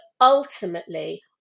ultimately